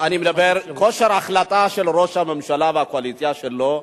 אני מדבר על כושר החלטה של ראש הממשלה והקואליציה שלו.